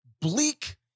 bleak